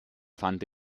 fand